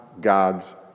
God's